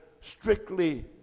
strictly